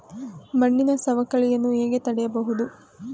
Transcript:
ಮಣ್ಣಿನ ಸವಕಳಿಯನ್ನು ಹೇಗೆ ತಡೆಯಬಹುದು?